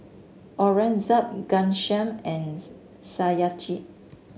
Aurangzeb Ghanshyam and Satyajit